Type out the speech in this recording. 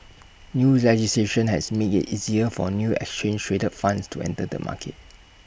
new legislation has made IT easier for new exchange traded funds to enter the market